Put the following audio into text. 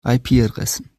adressen